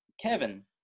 Kevin